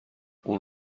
اون